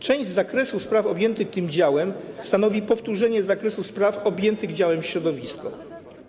Część zakresu spraw objętych tym działem stanowi powtórzenie zakresu spraw objętych działem środowisko.